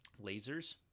lasers